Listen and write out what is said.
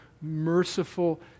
merciful